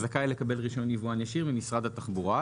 זכאי לקבל רישיון יבואן ישיר ממשרד התחבורה.